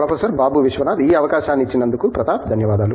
professor Babu Vishwanath ఈ అవకాశాన్ని ఇచ్చినందు ప్రతాప్ ధన్యవాదాలు